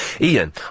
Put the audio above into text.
Ian